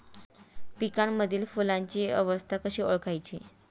पिकांमधील फुलांची अवस्था कशी ओळखायची?